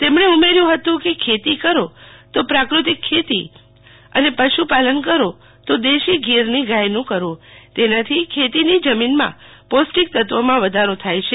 તેમણે ઉમેર્યું હતું કે ખેતી કરો તો પ્રાકૃતિક ખેતી અને પશુપાલન કરો તો દેશી ગીરની ગાયનું કરો તેનાથી ખેતીની જમીનમાં પૌષ્ટિક તત્વોમાં વધારો થાય છે